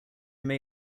may